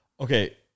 Okay